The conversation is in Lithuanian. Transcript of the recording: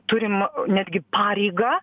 turim netgi pareigą